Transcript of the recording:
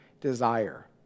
desire